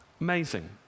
Amazing